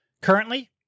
currently